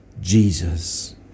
Jesus